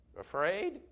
afraid